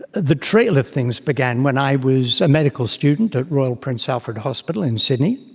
the trail of things began when i was a medical student at royal prince alfred hospital in sydney.